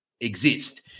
exist